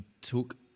took